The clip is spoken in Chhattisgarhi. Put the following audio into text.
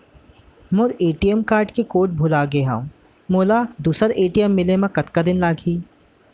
मोर ए.टी.एम कारड के कोड भुला गे हव, मोला दूसर ए.टी.एम मिले म कतका दिन लागही?